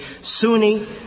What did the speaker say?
Sunni